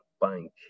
bank